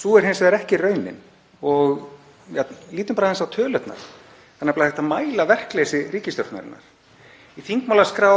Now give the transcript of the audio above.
Sú er hins vegar ekki raunin. Lítum bara aðeins á tölurnar, það er nefnilega hægt að mæla verkleysi ríkisstjórnarinnar. Í þingmálaskrá